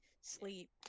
sleep